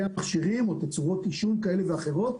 המכשירים או תצורות עישון כאלה ואחרים,